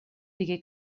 digué